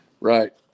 Right